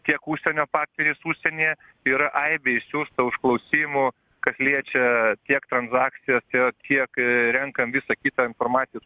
tiek užsienio partneriais užsienyje yra aibė išsiųsta užklausimų kas liečia tiek transakcijas tiek renkam visą kitą informaciją